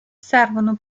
servono